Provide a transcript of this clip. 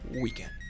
weekend